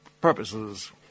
purposes